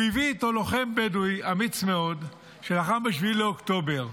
הוא הביא איתו לוחם בדואי אמיץ מאוד שלחם ב-7 באוקטובר.